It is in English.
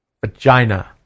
vagina